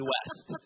West